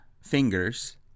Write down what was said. fingers